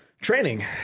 training